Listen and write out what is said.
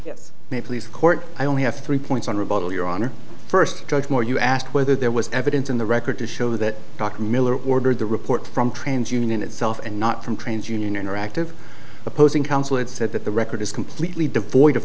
please court i only have three points on rebuttal your honor first judge moore you asked whether there was evidence in the record to show that dr miller ordered the report from trans union itself and not from trans union interactive opposing counsel it said that the record is completely devoid